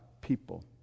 people